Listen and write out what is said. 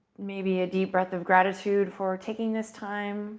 maybe a deep breath of gratitude for taking this time